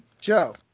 Joe